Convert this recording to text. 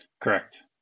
Correct